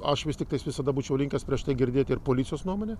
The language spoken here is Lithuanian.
aš vis tiktais visada būčiau linkęs prieš tai girdėti ir policijos nuomonę